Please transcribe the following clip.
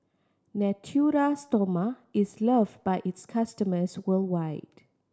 Natura Stoma is loved by its customers worldwide